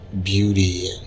beauty